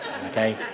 Okay